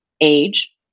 age